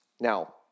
Now